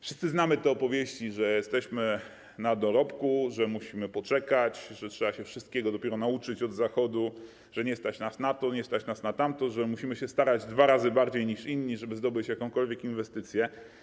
Wszyscy znamy te opowieści, że jesteśmy na dorobku, że musimy poczekać, że trzeba się dopiero wszystkiego nauczyć od Zachodu, że nie stać nas na to, nie stać na tamto, że musimy się starać dwa razy bardziej niż inni, żeby zdobyć jakąkolwiek inwestycję.